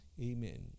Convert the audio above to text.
Amen